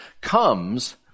comes